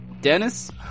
Dennis